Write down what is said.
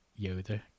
Yoda